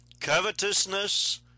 covetousness